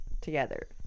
together